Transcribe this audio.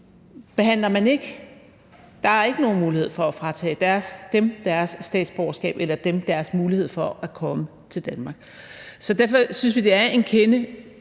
behandler man ikke. Der er ikke nogen mulighed for at fratage dem deres statsborgerskab eller mulighed for at komme til Danmark. Derfor synes vi, det er en kende